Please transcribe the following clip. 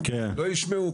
לא ישמעו,